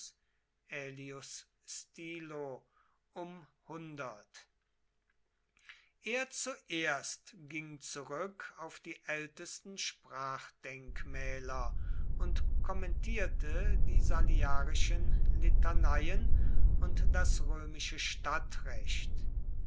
stilo um er zuerst ging zurück auf die ältesten sprachdenkmäler und kommentierte die saliarischen litaneien und das römische stadtrecht